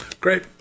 Great